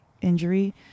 injury